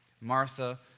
Martha